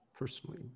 Personally